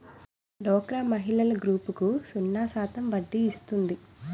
డోక్రా మహిళల గ్రూపులకు సున్నా శాతం వడ్డీ ఇస్తుంది